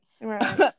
Right